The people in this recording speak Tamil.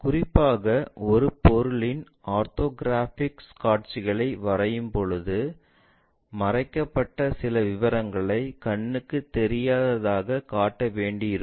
குறிப்பாக ஒரு பொருளின் ஆர்த்தோகிராஃபிக் காட்சிகளை வரையும்போது மறைக்கப்பட்ட சில விவரங்களை கண்ணுக்கு தெரியாததாகக் காட்ட வேண்டியிருக்கும்